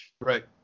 right